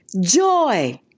joy